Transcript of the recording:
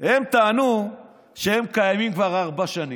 הם טענו שהם קיימים כבר ארבע שנים.